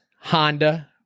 Honda